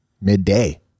Midday